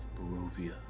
Barovia